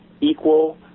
equal